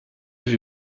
vue